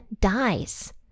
dies